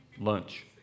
Lunch